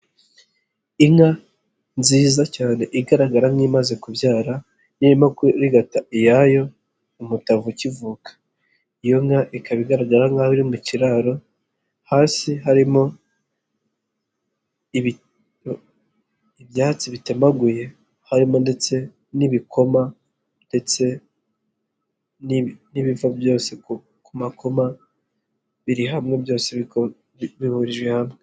Inka nziza cyane igaragara nk'imaze kubyara irimo kurigata iyayo umutavu ukivuka, iyo nka ikaba igaragara nkaho iri mu kiraro hasi harimo ibyatsi bitemaguye harimo ndetse n'ibikoma ndetse n'ibiva byose ku makoma biri hamwe byose bihurije hamwe.